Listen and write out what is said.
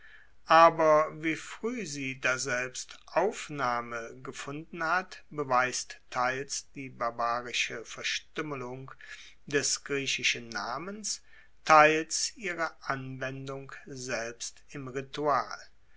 aber wie frueh sie daselbst aufnahme gefunden hat beweist teils die barbarische verstuemmelung des griechischen namens teils ihre anwendung selbst im ritual